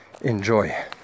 enjoy